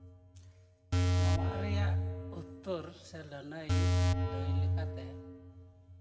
ᱱᱚᱣᱟ ᱨᱮᱭᱟᱜ ᱩᱛᱛᱚᱨ ᱥᱮ ᱞᱟᱹᱱᱟᱹᱭ ᱞᱟᱹᱭ ᱞᱮᱠᱟᱛᱮ